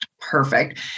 Perfect